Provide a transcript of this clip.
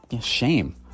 shame